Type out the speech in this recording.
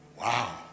wow